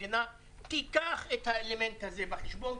המדינה תיקח את האלמנט הזה בחשבון,